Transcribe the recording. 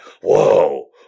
Whoa